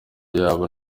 yabo